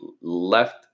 left